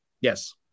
Yes